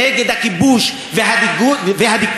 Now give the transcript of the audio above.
נגד הכיבוש והדיכוי,